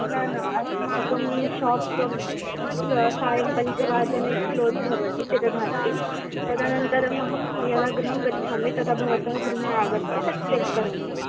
न न अस्माकं शाप् स सायं पञ्चवादने क्लोस् भवति पिदधाति तदनन्तरमहं यदा गृहं गच्छामि तदा भवतः गृहे आगत्य तद् चेक् करोमि